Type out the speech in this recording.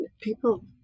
people